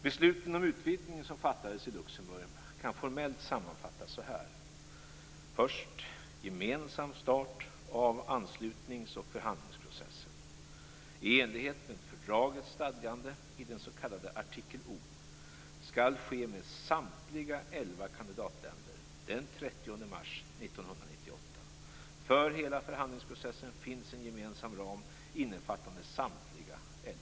Besluten om utvidgning som fattades i Luxemburg kan formellt sammanfattas så här: För det första: Gemensam start av anslutningsoch förhandlingsprocessen, i enlighet med fördragets stadgande i den s.k. artikel O, skall ske med samtliga elva kandidatländer den 30 mars 1998. För hela förhandlingsprocessen finns en gemensam ram innefattande samtliga elva länder.